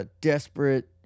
Desperate